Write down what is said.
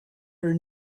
are